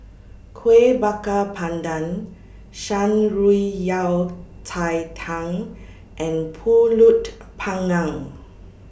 Kueh Bakar Pandan Shan Rui Yao Cai Tang and Pulut Panggang